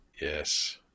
Yes